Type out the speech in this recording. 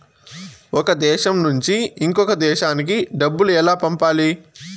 ఒక దేశం నుంచి ఇంకొక దేశానికి డబ్బులు ఎలా పంపాలి?